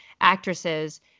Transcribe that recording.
actresses